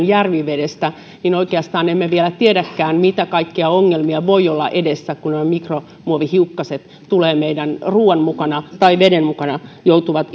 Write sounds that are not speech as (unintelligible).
(unintelligible) järvivedestä niin oikeastaan emme vielä tiedäkään mitä kaikkia ongelmia voi olla edessä kun ne mikromuovihiukkaset tulevat meidän ruokamme mukana tai veden mukana ja joutuvat (unintelligible)